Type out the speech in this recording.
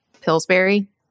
Pillsbury